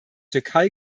türkei